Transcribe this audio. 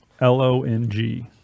L-O-N-G